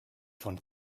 von